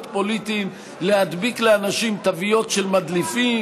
פוליטיים להדביק לאנשים תוויות של מדליפים,